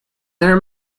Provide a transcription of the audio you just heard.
their